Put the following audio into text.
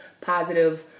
positive